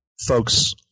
folks